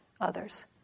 others